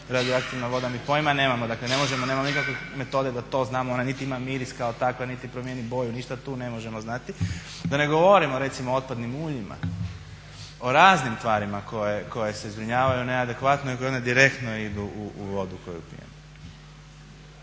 radioaktivna voda, mi pojma nemamo, dakle nemamo nikakve metode da to znamo. Ona niti ima miris kao takva, niti promjeni boju, ništa. Tu ne možemo znati. Da ne govorim recimo o otpadnim uljima, o raznim tvarima koje se zbrinjavaju neadekvatno i koje onda direktno idu u vodu koju pijemo.